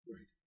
Right